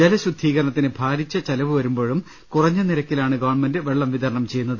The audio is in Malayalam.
ജ്ല ശുദ്ധീക രണത്തിന് ഭാരിച്ച ചെലവ് വരുമ്പോഴും കുറഞ്ഞ് നിരക്കിലാണ് ഗവൺമെന്റ് വെള്ളം വിതരണം ചെയ്യുന്നത്